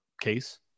case